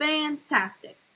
Fantastic